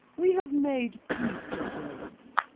we have made peace again.